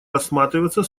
рассматриваться